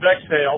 exhale